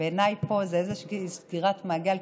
בעיניי פה זאת איזו סגירת מעגל,